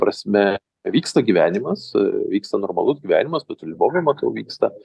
prasme vyksta gyvenimas vyksta normalus gyvenimas be to lvove matau vyksta